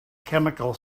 chemical